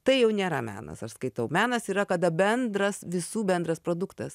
tai jau nėra menas aš skaitau menas yra kada bendras visų bendras produktas